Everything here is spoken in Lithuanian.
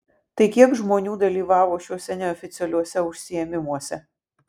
tai kiek žmonių dalyvavo šiuose neoficialiuose užsiėmimuose